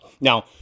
Now